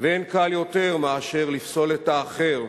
ואין קל יותר מאשר לפסול את האחר,